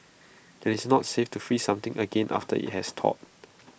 IT is not safe to freeze something again after IT has thawed